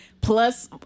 plus